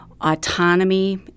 autonomy